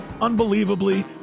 Unbelievably